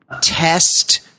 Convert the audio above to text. test